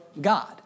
God